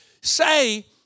say